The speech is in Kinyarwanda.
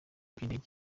by’indege